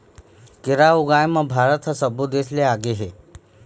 केरा ऊगाए म भारत ह सब्बो देस ले आगे हे